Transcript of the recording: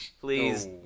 Please